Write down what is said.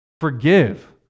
Forgive